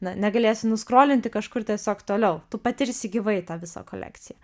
na negalėsi nuskrolinti kažkur tiesiog toliau tu patirsi gyvai tą visą kolekciją